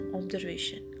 observation